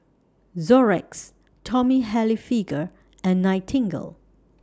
Xorex Tommy Hilfiger and Nightingale